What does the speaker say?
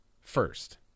first